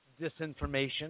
disinformation